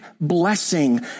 blessing